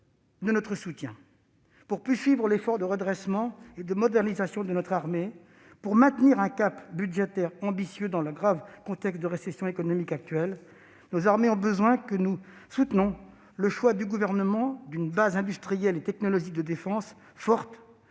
de soutien ; nous devons poursuivre l'effort de redressement et de modernisation de notre armée et maintenir un cap budgétaire ambitieux dans le grave contexte de récession économique que nous connaissons. Nos armées ont besoin que nous soutenions le choix fait par le Gouvernement d'une base industrielle et technologique de défense forte,